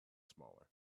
smaller